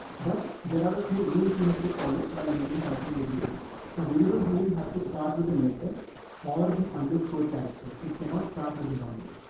but there are a few rules you have to follow while naming by ten variables are variables. name has to start with the letter or the underscore character. it cannot start with the numbered.